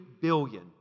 billion